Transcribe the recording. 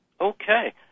Okay